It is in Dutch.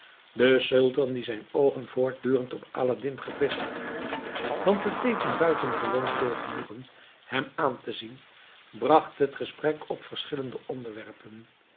de sultan die zijn oogen voortdurend op aladdin gevestigd hield want het deed hem buitengewoon veel genoegen hem aan te zien bracht het gesprek op verschillende onderwerpen